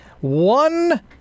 one